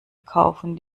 kaufen